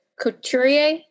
Couturier